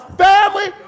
family